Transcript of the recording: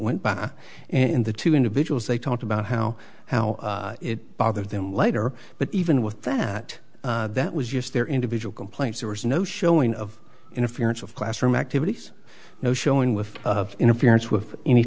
went back in the two individuals they talked about how how it bothered them later but even with that that was just their individual complaints there was no showing of interference of classroom activities no showing with interference with any